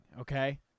okay